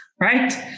right